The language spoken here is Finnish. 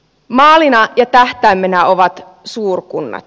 maalina ja tähtäimenä ovat suurkunnat